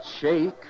shake